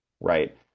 right